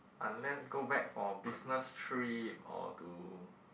unless go back for business trip or to